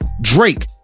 Drake